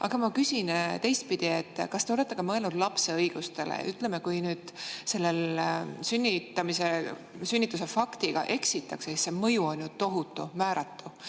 ma küsin teistpidi. Kas te olete mõelnud ka lapse õigustele? Ütleme, kui selle sünnituse faktiga eksitakse, siis see mõju on ju tohutu, määratu.